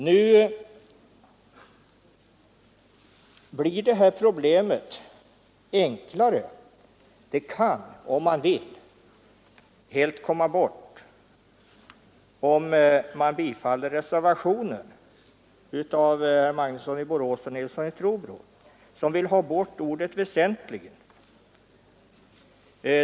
Nu blir det här problemet enklare, och det kan, om man vill, helt komma bort, om kammaren bifaller reservationen av herrar Magnusson i Borås och Nilsson i Trobro, som vill ha bort ordet väsentligen.